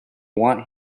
want